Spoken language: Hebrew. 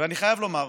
ואני חייב לומר,